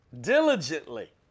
diligently